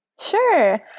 Sure